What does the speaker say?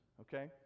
okay